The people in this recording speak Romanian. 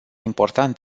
important